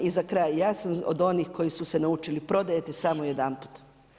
I za kraj, ja sam od onih koji su se naučili prodajete samo jedanput.